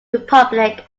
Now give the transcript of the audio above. republic